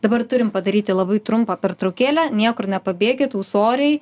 dabar turim padaryti labai trumpą pertraukėlę niekur nepabėkit ūsoriai